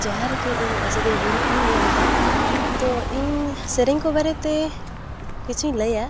ᱡᱚᱦᱟᱨ ᱜᱮ ᱤᱧ ᱟᱡᱚᱫᱤᱭᱟᱹ ᱵᱩᱨᱩ ᱠᱷᱚᱱᱤᱧ ᱞᱟᱹᱭᱫᱟ ᱛᱚ ᱤᱧ ᱥᱮᱨᱮᱧᱠᱚ ᱵᱟᱨᱮᱛᱮ ᱠᱤᱪᱷᱩᱧ ᱞᱟᱹᱭᱟ